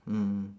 mm